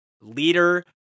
leader